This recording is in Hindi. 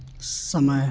समय